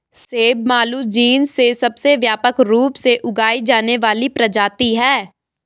सेब Malus genus में सबसे व्यापक रूप से उगाई जाने वाली प्रजाति है